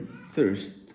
thirst